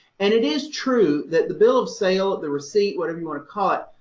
and it is true that the bill of sale, the receipt, whatever you want to call it,